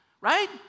right